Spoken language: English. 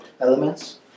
elements